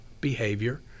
behavior